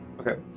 Okay